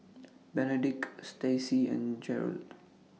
Benedict Staci and Gerold